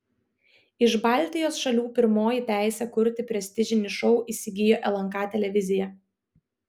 iš baltijos šalių pirmoji teisę kurti prestižinį šou įsigijo lnk televizija